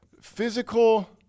physical